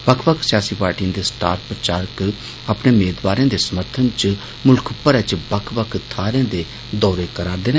बक्ख बक्ख सियासी पार्टिएं दे स्टार प्रचारक अपने मेदवारें दे समर्थन च मुल्ख भरै च बक्ख बक्ख थाहरें दे दौरे करा रदे न